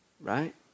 Right